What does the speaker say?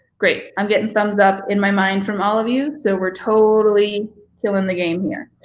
great, i'm getting thumbs up in my mind from all of you, so we're totally killing the game here.